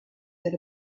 that